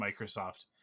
Microsoft